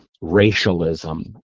racialism